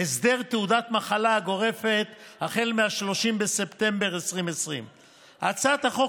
הסדר תעודת המחלה הגורפת החל מ-30 בספטמבר 2020. הצעת החוק